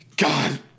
God